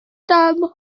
them